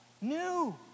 New